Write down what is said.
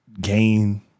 gain